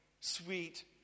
sweet